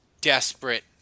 desperate